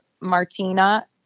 Martina